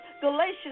Galatians